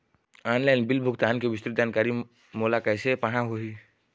Online bill भुगतान के विस्तृत जानकारी मोला कैसे पाहां होही?